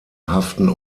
haften